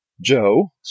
Joe